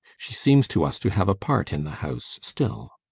she seems to us to have a part in the house still.